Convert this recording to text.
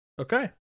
okay